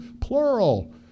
plural